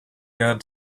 had